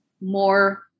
more